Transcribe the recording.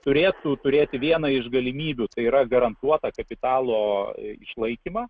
turėtų turėti vieną iš galimybių tai yra garantuotą kapitalo išlaikymą